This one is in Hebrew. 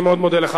אני מאוד מודה לך.